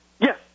Yes